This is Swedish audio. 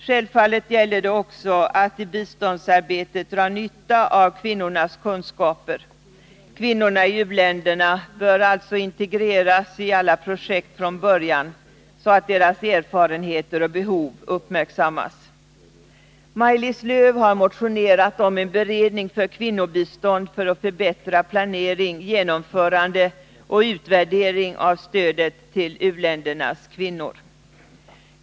Självfallet gäller det också att i biståndsarbetet dra nytta av kvinnornas kunskaper. Kvinnorna i u-länderna bör alltså integreras i alla projekt från början, så att deras erfarenheter och behov uppmärksammas. Maj-Lis Lööw m.fl. har motionerat om en beredning för kvinnobistånd för att förbättra planering, genomförande och utvärdering av stödet till u-ländernas kvinnor.